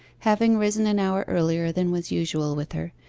having risen an hour earlier than was usual with her,